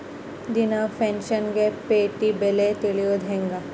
ದಿನಾ ಫೋನ್ಯಾಗ್ ಪೇಟೆ ಬೆಲೆ ತಿಳಿಯೋದ್ ಹೆಂಗ್?